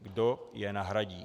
Kdo je nahradí?